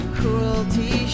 cruelty